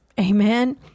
Amen